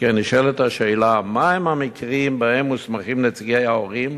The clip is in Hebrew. שכן נשאלת השאלה מהם המקרים שבהם מוסמכים נציגי ההורים